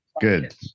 Good